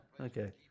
Okay